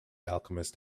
alchemist